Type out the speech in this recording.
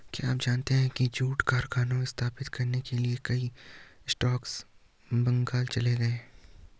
क्या आप जानते है जूट कारखाने स्थापित करने के लिए कई स्कॉट्स बंगाल चले गए?